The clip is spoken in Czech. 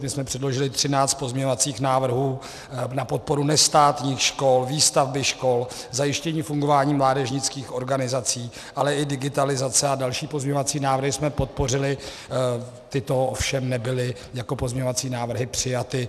My jsme předložili 13 pozměňovacích návrhů na podporu nestátních škol, výstavby škol, zajištění fungování mládežnických organizací, ale i digitalizace a další pozměňovací návrhy, tyto ovšem nebyly jako pozměňovací návrhy přijaty.